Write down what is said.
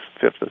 fifth